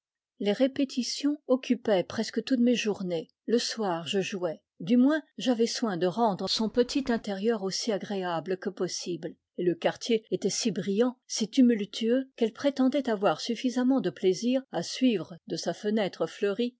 les répétitions occupaient presque toutes mes journées le soir je jouais du moins j'avais soin de rendre son petit intérieur aussi agréable que possible et le quartier était si bril lant si tumultueux qu'elle prétendait avoir suffisamment de plaisir à suivre de sa fenêtre fleurie